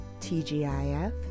TGIF